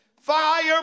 Fire